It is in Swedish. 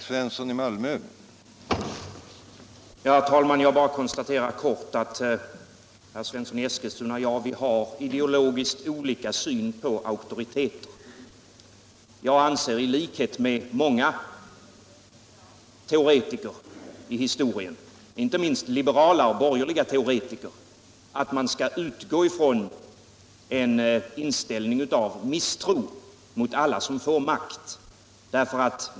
Herr talman! Jag konstaterar kort att herr Svensson i Eskilstuna och jag har ideologiskt olika syn på auktoriteter. Jag anser i likhet med många teoretiker i historien, inte minst liberala och borgerliga, att man skall utgå från en inställning av misstro mot alla som får makt.